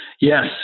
Yes